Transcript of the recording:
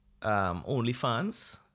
OnlyFans